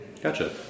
Gotcha